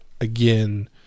again